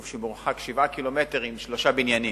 שמרוחק שבעה קילומטר עם שלושה בניינים.